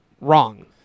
wrong